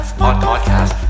podcast